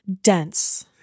dense